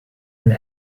and